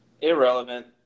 Irrelevant